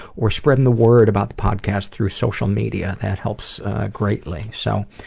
or spreading the world about the podcast through social media. that helps greatly. so,